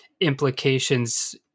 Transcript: implications